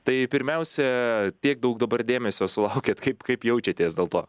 tai pirmiausia tiek daug dabar dėmesio sulaukiat kaip kaip jaučiatės dėl to